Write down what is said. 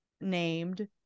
named